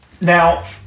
Now